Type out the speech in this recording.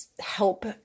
help